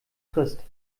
christ